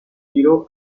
tiro